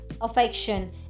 affection